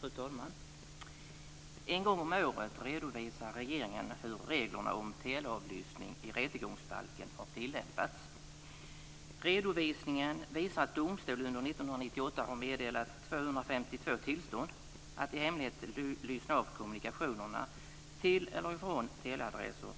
Fru talman! En gång om året redovisar regeringen hur reglerna om teleavlyssning i rättegångsbalken har tillämpats. Redovisningen visar att domstol under 1998 har meddelat 252 tillstånd att i hemlighet lyssna av kommunikationerna till eller från teleadresser